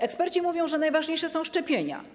Eksperci mówią, że najważniejsze są szczepienia.